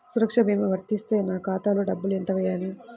సురక్ష భీమా వర్తిస్తే నా ఖాతాలో డబ్బులు ఎంత వేయాలి?